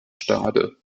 stade